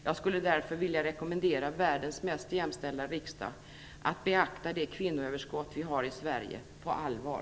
Jag skulle därför vilja rekommendera världens mest jämställda riksdag att beakta det kvinnoöverskott vi har i Sverige på allvar.